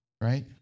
right